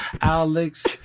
alex